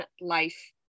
life